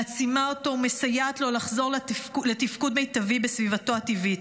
מעצימה אותו ומסייעת לו לחזור לתפקוד מיטבי בסביבתו הטבעית.